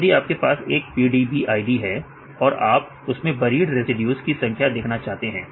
यदि आपके पास एक pdb id है और आप उसमें बरीड रेसिड्यूज की संख्या देखना चाहते हैं